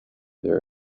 their